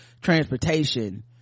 transportation